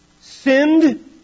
sinned